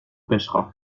pêchera